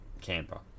Canberra